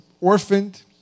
orphaned